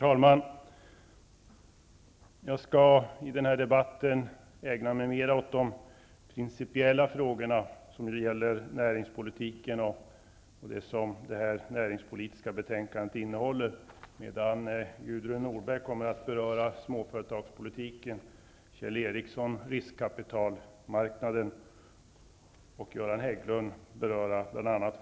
Herr talman! I den här debatten skall jag ägna mig åt de principiella frågorna när det gäller näringspolitiken och det som detta näringspolitiska betänkande innehåller. Gudrun Norberg kommer att beröra småföretagspolitiken, Kjell Ericsson riskkapitalmarknaden och Göran Hägglund bl.a.